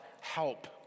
help